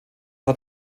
hat